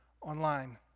online